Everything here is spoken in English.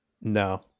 No